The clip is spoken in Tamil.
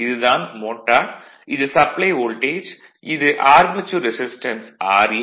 இது தான் மோட்டார் இது சப்ளை வோல்டேஜ் இது ஆர்மெச்சூர் ரெசிஸ்டன்ஸ் ra